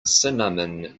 cinnamon